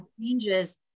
changes